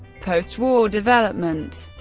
postwar development